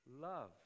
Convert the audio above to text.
love